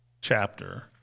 chapter